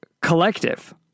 collective